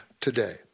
today